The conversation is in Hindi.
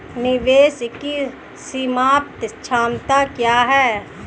निवेश की सीमांत क्षमता क्या है?